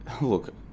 look